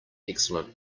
excellent